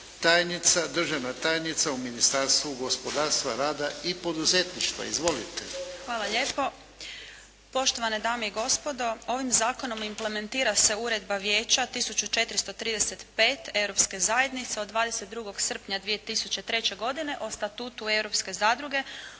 Šapić, državna tajnica u Ministarstvu gospodarstva, rada i poduzetništva. Izvolite. **Kesić-Šapić, Tajana** Hvala lijepo. Poštovane dame i gospodo ovim zakonom implementira se uredba vijeća 1435 Europske zajednice od 22. srpnja 2003. godine o Statutu europske